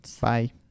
Bye